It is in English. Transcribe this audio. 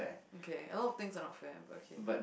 K a lot of things I'm not sure but okay